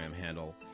handle